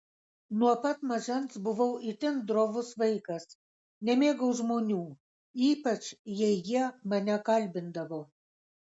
nuo pat mažens buvau itin drovus vaikas nemėgau žmonių ypač jei jie mane kalbindavo